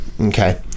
Okay